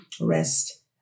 rest